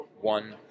one